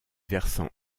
versant